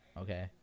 Okay